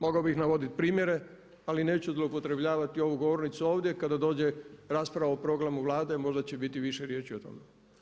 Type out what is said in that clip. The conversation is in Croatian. Mogao bih navoditi primjere ali neću zloupotrebljavati ovu govornicu ovdje kada dođe rasprava o programu Vlade možda će biti više riječi o tome.